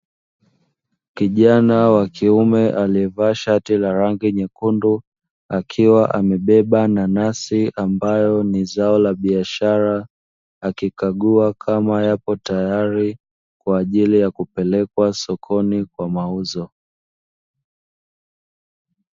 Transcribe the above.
Kijana wa kiume aliyevaa shati la rangi nyekundu akiwa amebeba nanasi ambayo ni zao la biashara, akikagua kama yapo tayari kwa ajili ya kupelekwa sokoni kwa mauzo.